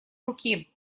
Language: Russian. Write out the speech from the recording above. руки